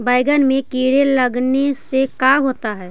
बैंगन में कीड़े लगने से का होता है?